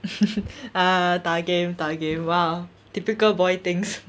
ah 打 game 打 game !wow! typical boy things